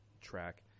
track